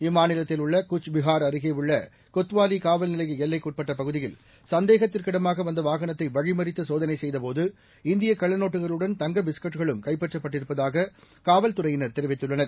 இம்மாநிலத்தில்உள்ளகூச்பிகார்அருகேயுள்ளகொத்வாலிகாவ ல்நிலையஎல்லைக்குட்பட்டபகுதியில் சந்தேகத்திற்கடமாகவந்தவாகனத்தைவழிமறித்துசோதனை செய்தபோது இந்தியகள்ளநோட்டுகளுடன் தங்கபிஸ்கெட்டுகளும்கைப்பற்றப்பட்டிருப்பதாககாவல்து றையினர்தெரிவித்துள்ளனர்